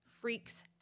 freaks